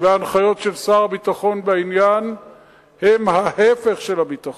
וההנחיות של שר הביטחון בעניין הן ההיפך של הביטחון,